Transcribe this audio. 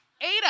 Ada